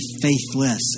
faithless